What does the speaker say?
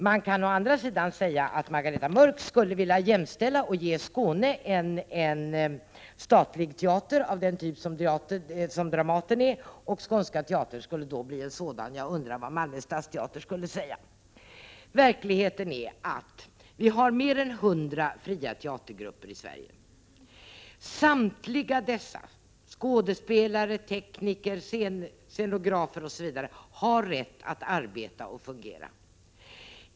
Man kan å andra sidan säga att Margareta Mörck skulle vilja jämställa och ge Skåne en statlig teater av den typ som Dramaten är — Skånska teatern skulle då bli en sådan. Jag undrar vad Malmö stadsteater skulle säga om det. Verkligheten är att vi har mer än 100 fria teatergrupper i Sverige. Samtliga människor i dessa grupper — skådespelare, tekniker, scenografer, osv. — har rätt att arbeta och fungera.